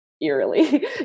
eerily